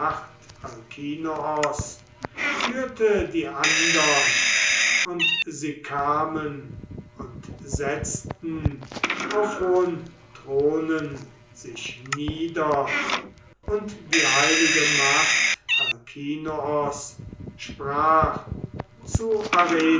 führte die andern und sie kamen und setzten auf hohen thronen sich nieder und die heilige macht alkinoos sprach zu